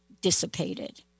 dissipated